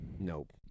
Nope